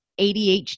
ADHD